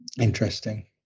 interesting